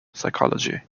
psychology